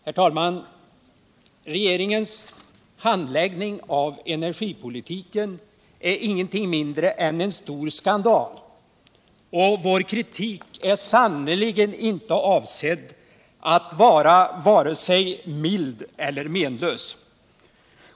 Herr talman! Regeringens handläggning av energipolitiken är ingenting mindre än en stor skandal, och vår kritik är sannerligen inte avsedd att vara vare sig mild eller menlös.